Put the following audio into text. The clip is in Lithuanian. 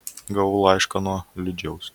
gavau laišką nuo liūdžiaus